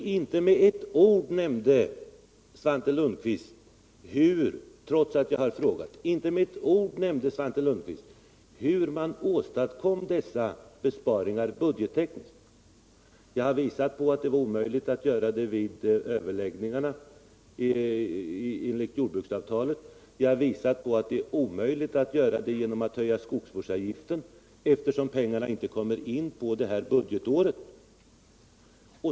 Inte med ett ord nämnde Svante Lundkvist, trots att jag frågade, hur man åstadkommer dessa besparingar budgettekniskt. Jag har visat på att det är omöjligt att göra det vid överläggningar enligt jordbruksavtalet. Jag har visat på att det är omöjligt att göra det genom att höja skogsvårdsavgiften, eftersom pengarna inte kommer in under det aktuella budgetåret.